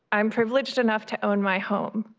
i am privileged enough to own my home.